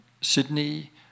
Sydney